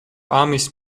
ამის